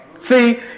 See